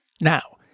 Now